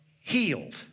healed